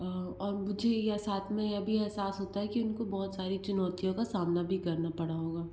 और मुझे यह साथ में यह भी एहसास होता है की उनको बहुत सारी चुनौतियों का सामना भी करना पड़ा होगा